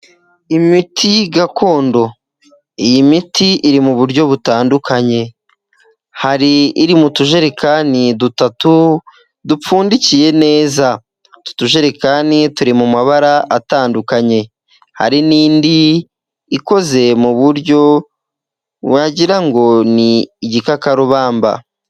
Imiti gakondo, iyi miti iri mu buryo butandukanye, hari iri mu tujerekani dutatu dupfundikiye neza, utu tujerekani turi mu mabara atandukanye, hari n'indi ikoze mu buryo wagira ngo ni igikakarubamba.